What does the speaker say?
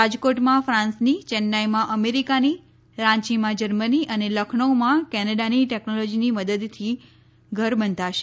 રાજકોટમાં ફાંસની ચેન્નાઈમાં અમેરિકાની રાંચીમાં જર્મની અને લખનૌમાં કેનેડાની ટેકનોલોજીની મદદથી ઘર બંધાશે